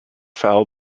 foul